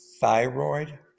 thyroid